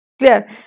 clear